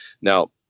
Now